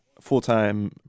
full-time